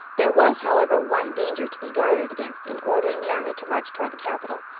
there was, however, one danger to be guarded against in ordering the army to march toward the capital,